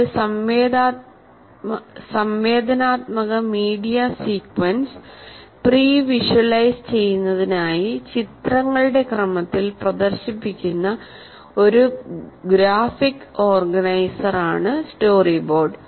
ഒരു സംവേദനാത്മക media sequence pre visualise ചെയ്യുന്നതിനായി ചിത്രങ്ങളുടെ ക്രമത്തിൽ പ്രദർശിപ്പിക്കുന്ന ഒരു ഗ്രാഫിക് ഓർഗനൈസറാണ് സ്റ്റോറിബോർഡ്